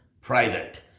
private